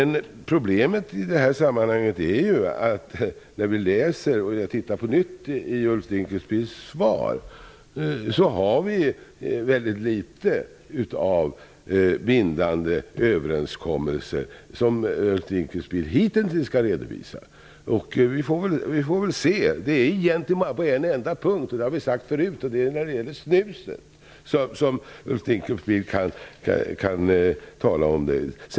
När jag på nytt läser Ulf Dinkelspiels svar finner jag att det finns väldigt litet av bindande överenskommelser som Ulf Dinkelspiel hittills kunnat redovisa. Det är egentligen bara på en enda punkt och det gäller snuset, vilket tidigare har nämnts, som Ulf Dinkelspiel kan tala om resultat.